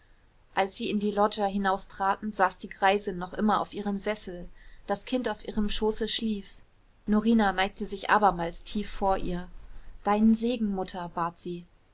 als sie in die loggia hinaustraten saß die greisin noch immer auf ihrem sessel das kind auf ihrem schoße schlief norina neigte sich abermals tief vor ihr deinen segen mutter bat sie